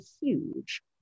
huge